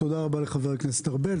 תודה רבה לחבר הכנסת ארבל,